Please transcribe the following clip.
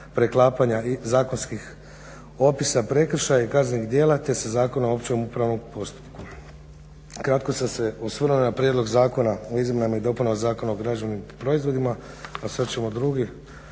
preklapanja zakonskih opisa prekršaja i kaznenih djela, te sa Zakonom o općem upravnom postupku. Kratko sam se osvrnuo na Prijedlog zakona o izmjenama i dopunama Zakona o građevnim proizvodima, a sad ćemo drugi